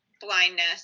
blindness